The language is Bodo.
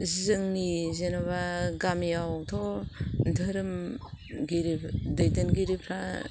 जोंनि जेनेबा गामिआवथ' धोरोमगिरि दैदेनगिरिफ्रा